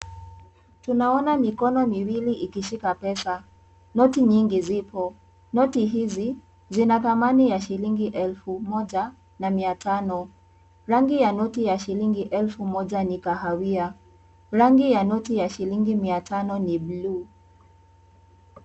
Tunaona mikono miwili ikishika pesa, noti nyingi zipo, noti hizi zina thamani ya shilingi elfu moja na mia tano, rangi ya noti ya shilingi elfu moja ni kahawia, rangi ya noti ya shilingi mia tano ni bulu.